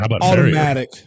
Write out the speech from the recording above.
automatic